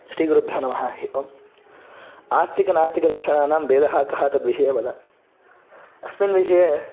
श्रीगुरुभ्यो नमः हरिः ओम् आस्तिकनास्तिकदर्शनानां भेदः कः तद्विषये वद अस्मिन् विषये